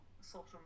social